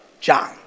John